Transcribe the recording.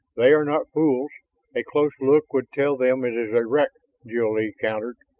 they are not fools a close look would tell them it is a wreck, jil-lee countered.